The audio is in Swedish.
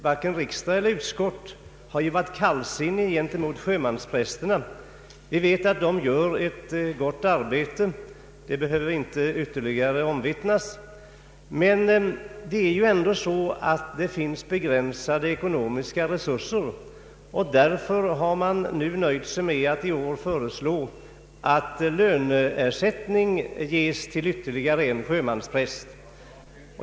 Varken riksdagen eller utskottet har varit kallsinniga mot sjömansprästerna. Vi vet att de utför ett gott arbete, det behöver inte ytterligare omvittnas. Men de ekonomiska resurserna är begränsade, och därför har man i år nöjt sig med att föreslå att löneersättning ges till ytterligare en sjömanspräst.